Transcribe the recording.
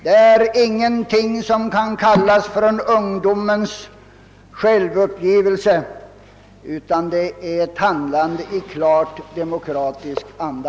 Detta är ingenting som kan kallas för en ungdomens självuppgivelse, utan det utgör ett handlande i klart demokratisk anda.